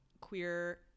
queer